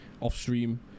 off-stream